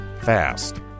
fast